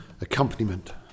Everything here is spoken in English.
accompaniment